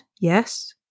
Yes